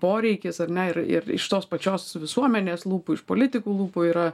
poreikis ar ne ir ir iš tos pačios visuomenės lūpų iš politikų lūpų yra